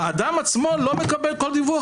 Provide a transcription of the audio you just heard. האדם עצמו לא מקבל כל דיווח,